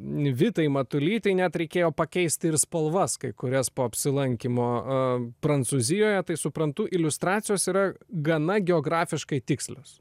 vitai matulytei net reikėjo pakeisti ir spalvas kai kurias po apsilankymo prancūzijoje tai suprantu iliustracijos yra gana geografiškai tikslios